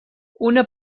una